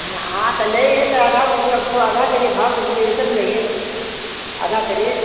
हाँ हाँ तो लेंगे तो आधा वह जो अब सो आधा करिए भाव से दिए तब ना लेंगे आधा करिए